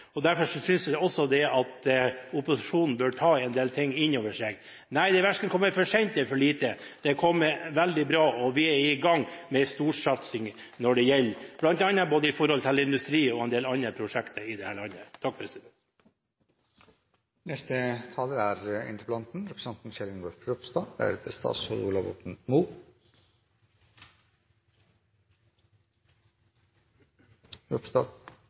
Derfor synes jeg også at opposisjonen bør ta en del ting inn over seg. Det kommer verken for sent eller for lite. Det kommer veldig bra, og vi er i gang med en storsatsing bl.a. når det gjelder industri og en del andre prosjekter i dette landet. Jeg vil takke for gode innlegg. Jeg velger å oppsummere det slik: Jeg er